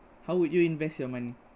how would you invest your money